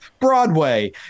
Broadway